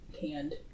canned